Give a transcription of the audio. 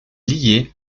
lié